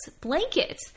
blanket